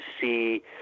see